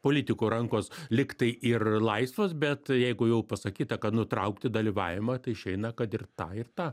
politikų rankos lyg tai ir laisvos bet jeigu jau pasakyta kad nutraukti dalyvavimą tai išeina kad ir tą ir tą